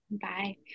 Bye